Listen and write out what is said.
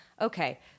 Okay